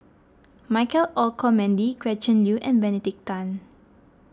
Michael Olcomendy Gretchen Liu and Benedict Tan